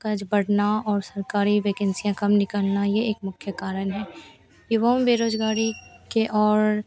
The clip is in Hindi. का जो बढ़ना और जो सरकारी वैकेन्सियाँ कम निकलना यह एक मुख्य कारण है युवाओं में बेरोजगारी के और